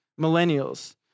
millennials